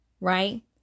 right